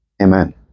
Amen